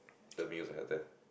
the meal I had there